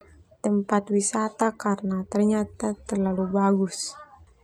Tempat wisata karna ternyata talalu bagus.